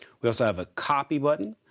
we also have a copy button